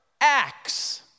acts